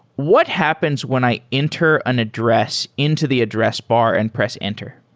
what happens when i enter an address into the address bar and press enter?